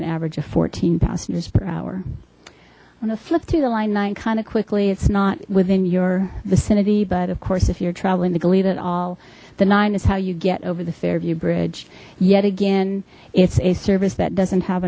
an average of fourteen passengers per hour on a flip to the line nine kind of quickly it's not within your vicinity but of course if you're traveling to goleta at all the nine is how you get over the fairview bridge yet again it's a service that doesn't have